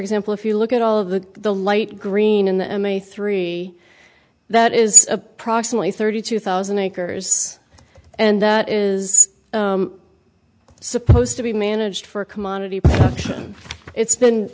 example if you look at all of the the light green in the m e three that is approximately thirty two thousand acres and that is supposed to be managed for a commodity but it's been